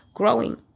growing